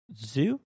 Zoo